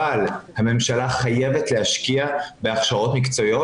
אבל הממשלה חייבת להשקיע בהכשרות מקצועיות